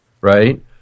right